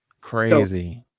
crazy